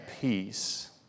peace